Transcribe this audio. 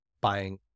buying